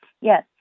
Yes